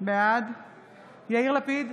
בעד יאיר לפיד,